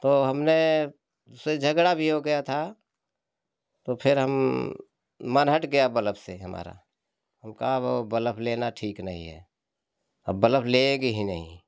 तो हमने उससे झगड़ा भी हो गया था तो फिर हम मन हट गया बलब से हमारा हम कहा वो बलब लेना ठीक नहीं है अब बलब लेंगे ही नहीं